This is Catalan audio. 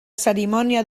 cerimònia